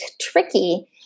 tricky